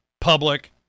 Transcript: public